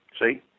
See